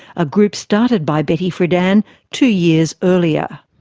a group started by betty friedan two years earlier.